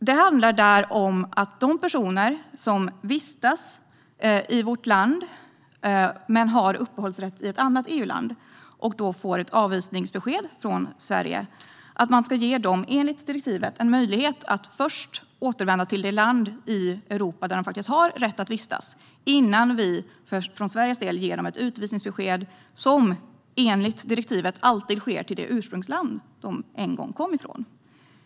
Det handlar om att de personer som vistas i vårt land men som har uppehållsrätt i ett annat EU-land och som får ett avvisningsbesked från Sverige ska ges en möjlighet enligt direktivet att först återvända till det land i Europa där de har rätt att vistas innan Sverige ger dem ett besked om utvisning, som enligt direktivet alltid ska ske till det ursprungsland som de en gång kom ifrån.